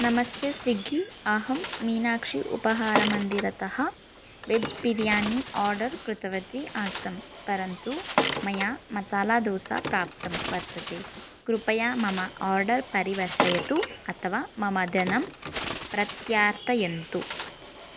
नमस्ते स्विग्गी अहं मीनाक्षी उपाहारमन्दिरतः वेज्बिर्यानी आर्डर् कृतवती आसम् परन्तु मया मसालादोसा प्राप्तं वर्तते कृपया मम आर्डर् परिवर्तयतु अथवा मम धनं प्रत्यर्पयन्तु